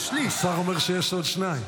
השר אומר שיש עוד שניים.